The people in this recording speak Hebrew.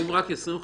מורידים לו רק 25%